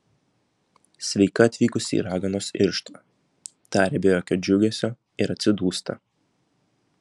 sveika atvykusi į raganos irštvą taria be jokio džiugesio ir atsidūsta